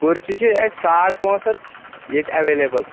کُرسی چھ اسہِ ساڑٕ پانژھ ہَتھ ییٚتۍ ایویلیبل